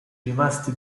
rimasti